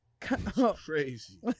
Crazy